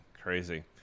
Crazy